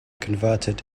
converted